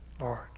Lord